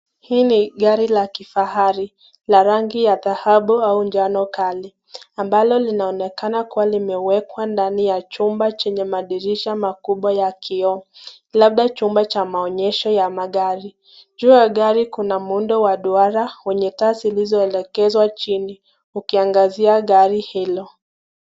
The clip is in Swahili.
Hii ni gari la kifahari la rangi ya dhahabu au njano kali ambalo linaonekana kuwa limewekwa ndani ya chumba chenye madirisha makubwa ya kioo, labda chumba cha maonyesho ya magari ,juu ya gari kuna muundo wa duara wenye taa zilizoelekezwa chini ukiangazia gari hizo.